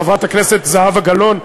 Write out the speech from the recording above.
חברת הכנסת זהבה גלאון,